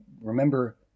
remember